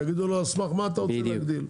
יגידו לו: על סמך מה אתה רוצה להגדיל?